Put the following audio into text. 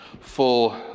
full